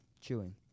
Chewing